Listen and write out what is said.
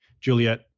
Juliet